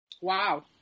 wow